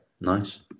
nice